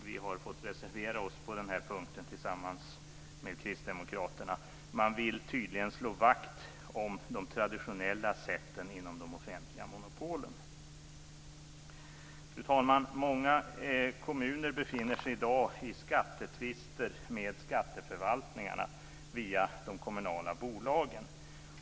Vi har fått reservera oss på denna punkt tillsammans med Kristdemokraterna. Man vill tydligen slå vakt om de traditionella sätten inom de offentliga monopolen. Fru talman! Många kommuner befinner sig i dag i skattetvister med skatteförvaltningarna via de kommunala bolagen.